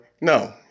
No